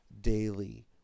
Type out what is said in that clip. daily